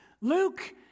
Luke